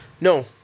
No